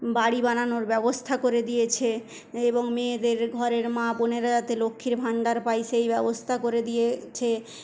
বাড়ি বানানোর ব্যবস্থা করে দিয়েছে এবং মেয়েদের ঘরের মা বোনেরা যাতে লক্ষ্মীর ভান্ডার পায় সেই ব্যবস্থা করে দিয়েছে